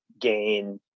gain